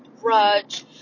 grudge